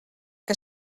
que